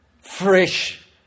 fresh